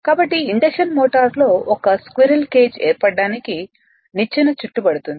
కాబట్టి induction motor లో ఒక స్క్విరెల్ కేజ్ ఏర్పడటానికి నిచ్చెన చుట్టుబడుతుంది